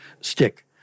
stick